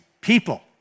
people